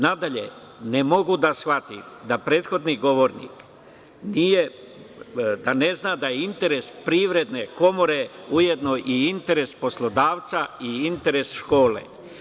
Nadalje, ne mogu da shvatim da prethodni govornik ne zna da je interes Privredne komore ujedno i interes poslodavca i interes škole.